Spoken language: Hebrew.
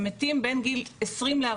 הם מתים בין הגילאים 40-20,